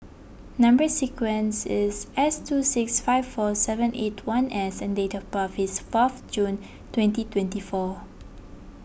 Number Sequence is S two six five four seven eight one S and date of birth is fourth June twenty twenty four